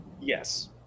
Yes